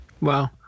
Wow